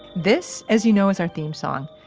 this, as you know, is our theme song.